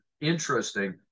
interesting